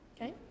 Okay